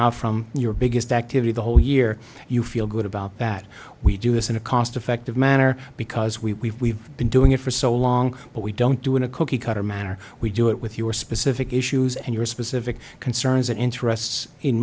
out from your biggest activity the whole year you feel good about that we do this in a cost effective manner because we have been doing it for so long but we don't do in a cookie cutter manner we do it with your specific issues and your specific concerns and interests in